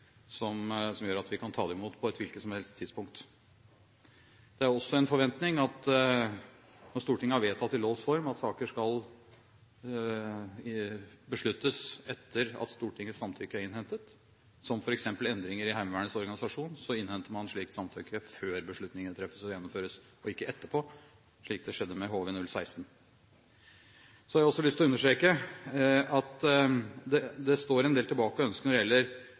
som gjør at vi kan ta det imot på et hvilket som helst tidspunkt. Det er også en forventning om at når Stortinget har vedtatt i lovs form at saker skal besluttes etter at Stortingets samtykke er innhentet, som f.eks. endringer i Heimevernets organisasjon, så innhenter man slikt samtykke før beslutningen treffes og gjennomføres, ikke etterpå, slik det skjedde med HV-016. Jeg har også lyst til å understreke at det står en del tilbake å ønske når det